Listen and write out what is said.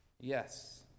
yes